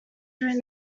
during